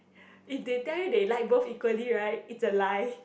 if they tell you they like both equally right it's a lie